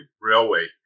Railway